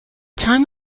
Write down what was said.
time